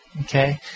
Okay